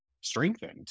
strengthened